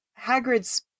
Hagrid's